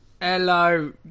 Hello